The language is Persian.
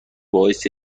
باعث